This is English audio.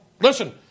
listen